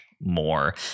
more